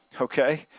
Okay